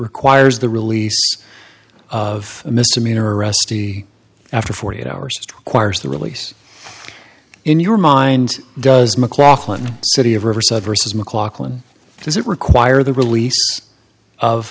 requires the release of a misdemeanor arrest after forty eight hours to acquire the release in your mind does mclachlan city of riverside versus mclachlan does it require the release of